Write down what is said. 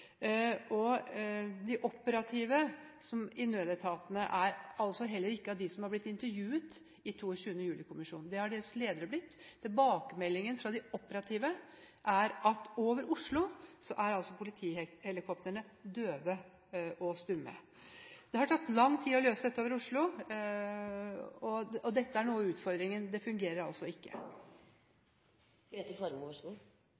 De operative i nødetatene er heller ikke av dem som har blitt intervjuet i 22. juli-kommisjonens rapport. Det har deres ledere blitt. Tilbakemeldingen fra de operative er at over Oslo er politihelikoptrene døve og stumme. Det har tatt lang tid å løse dette problemet over Oslo, og det er noe av utfordringen: Det fungerer altså